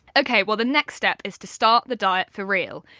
okay well the next step is to start the diet for real.